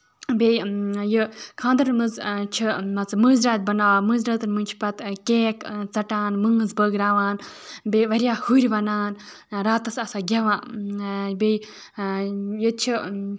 بیٚیہِ یہِ خاندرَن منٛز چھِ مان ژٕ مٲنزِ راتھ بَناوان مٲنزِ راتن منٛزچھِ پَتہٕ کیک ژَٹان مٲنز بٲگراوان بیٚیہِ واریاہ ہُرۍ وَنان راتَس آسان گیوان بیٚیہِ ییٚتہِ چھِ